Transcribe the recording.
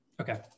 Okay